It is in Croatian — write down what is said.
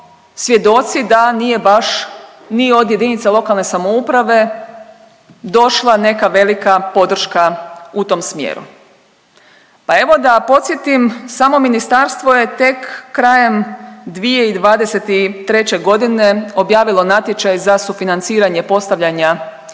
svjedoci da nije baš ni od JLS došla neka velika podrška u tom smjeru? Pa evo da podsjetim, samo ministarstvo je tek krajem 2023.g. objavilo natječaj za sufinanciranje postavljanja